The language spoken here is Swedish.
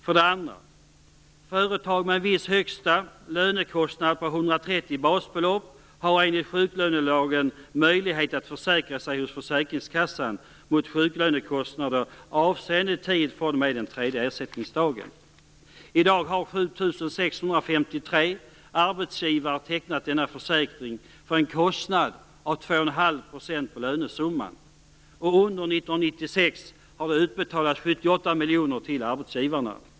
För det andra: Företag med en viss högsta lönekostnad på 130 basbelopp har enligt sjuklönelagen möjlighet att försäkra sig hos försäkringskassan mot sjuklönekostnader avseende tid fr.o.m. den tredje ersättningsdagen. I dag har 7 653 arbetsgivare tecknat denna försäkring för en kostnad av 2,5 % på lönesumman, och under 1996 har det utbetalats 78 miljoner till arbetsgivarna.